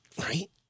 right